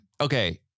Okay